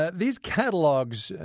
ah these catalogs,